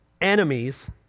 enemies